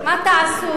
מה תעשו